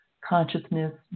consciousness